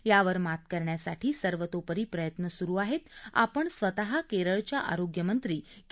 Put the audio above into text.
यावर मात करण्यासाठी सर्वतोपरी प्रयत्न सुरु आहेत आपण स्वतः केरळच्या आरोग्यमंत्री के